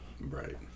Right